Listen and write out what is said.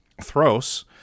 Thros